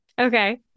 Okay